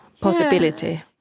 possibility